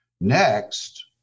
Next